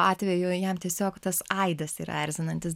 atveju jam tiesiog tas aidas yra erzinantis